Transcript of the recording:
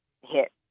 hit